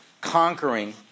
conquering